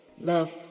love